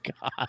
God